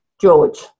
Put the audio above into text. George